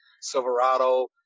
silverado